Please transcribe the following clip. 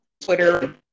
Twitter